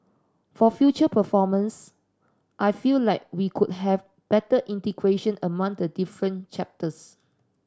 for future performance I feel like we could have better integration among the different chapters